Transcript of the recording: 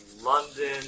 London